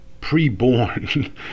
pre-born